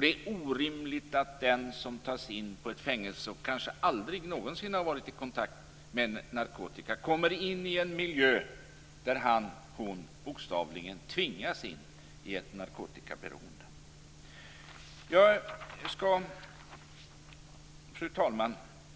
Det är orimligt att den som tas in på ett fängelse och kanske aldrig någonsin har varit i kontakt med narkotika kommer in i en miljö där han eller hon bokstavligen tvingas in i ett narkotikaberoende. Fru talman!